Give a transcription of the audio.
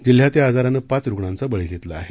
जिल्ह्यात या आजारानं पाच रुग्णांचा बळी घेतला आहे